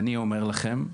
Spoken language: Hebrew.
אני אומר לכם,